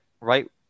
right